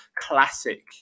classic